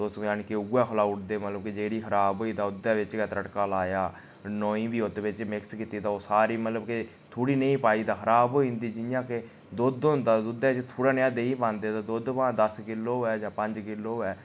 तुस जानि कि उ'ऐ खलाऊ ओड़दे मतलब कि जेह्ड़ी खराब होई गेदी तां उसदे बिच्च गै तड़का लाया नोईं बी ओह्दे बिच्च मिक्स कीती तां ओह् सारी मतलब कि थोह्ड़ी नेही पाई तां खराब होई जन्दी जि'यां के दुद्ध होंदा दुद्धै च थोह्ड़ा नेहा देहीं पांदे तां भामें दस किलो होऐ जां पंज किलो होऐ